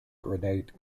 grenade